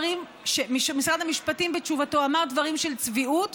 משרד המשפטים בתשובתו אמר דברים של צביעות,